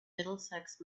middlesex